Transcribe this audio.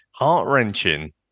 heart-wrenching